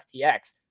FTX